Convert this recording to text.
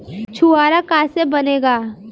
छुआरा का से बनेगा?